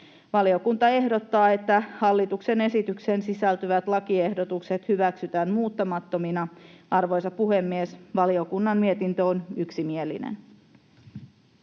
Valiokunta ehdottaa, että hallituksen esitykseen sisältyvät lakiehdotukset hyväksytään muuttamattomina. Arvoisa puhemies! Valiokunnan mietintö on yksimielinen.